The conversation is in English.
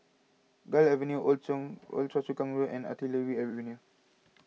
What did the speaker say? Gul Avenue Old Choa Old Choa Chu Kang Road and Artillery Avenue